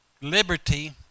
liberty